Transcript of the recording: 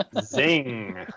Zing